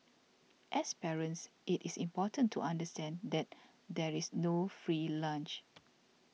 as parents it is important to understand that there is no free lunch